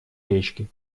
речки